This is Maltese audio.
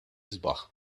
isbaħ